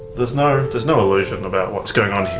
there's no, there's no illusion about what's going on here.